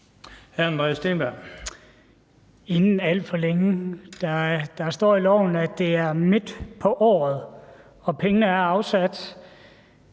16:35 Andreas Steenberg (RV): Inden alt for længe – der står i loven, at det er midt på året, og pengene er afsat.